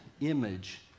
image